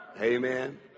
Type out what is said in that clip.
Amen